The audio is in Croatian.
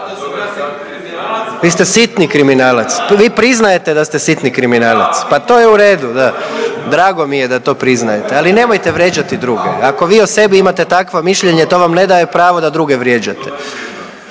da ste sitni kriminalac. .../Upadica se ne čuje./... Pa to je u redu, da, drago mi je da to priznajete, ali nemojte vrijeđate druge, ako vi o sebi imate takvo mišljenje, to vam ne daje pravo da druge vrijeđate.